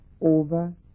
over